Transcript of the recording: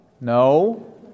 no